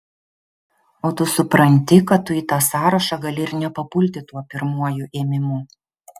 o tu supranti kad tu į tą sąrašą gali ir nepapulti tuo pirmuoju ėmimu